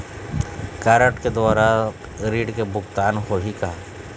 Card के द्वारा ऋण के भुगतान होही का?